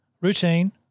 routine